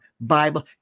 Bible